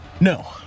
No